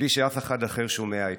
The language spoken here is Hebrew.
בלי שאף אחד אחר שומע אתכם: